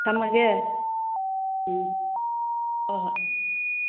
ꯊꯝꯃꯒꯦ ꯎꯝ ꯍꯣꯏ ꯍꯣꯏ